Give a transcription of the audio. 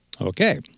Okay